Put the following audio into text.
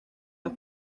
las